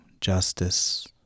justice